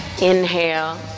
inhale